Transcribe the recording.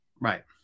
Right